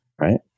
right